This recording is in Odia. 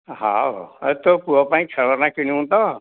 ହଉ ହଉ ତୋ ପୁଅ ପାଇଁ ଖେଳନା କିଣିବୁ ତ